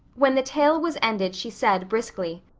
when the tale was ended she said briskly,